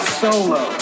solo